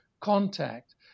contact